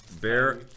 Bear